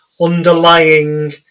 underlying